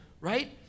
right